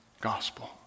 gospel